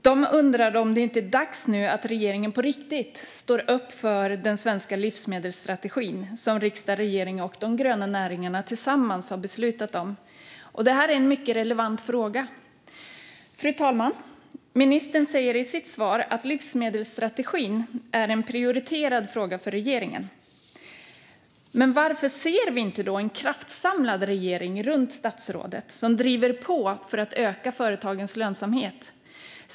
De undrar om det inte är dags nu att regeringen på riktigt står upp för den svenska livsmedelsstrategin, som riksdag, regering och de gröna näringarna tillsammans har beslutat om. Detta är en mycket relevant fråga. Fru talman! Ministern säger i sitt svar att livsmedelsstrategin är en prioriterad fråga för regeringen. Men varför ser vi då inte en kraftsamlad regering runt statsrådet som driver på för att öka företagens lönsamhet?